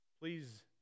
Please